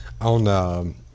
on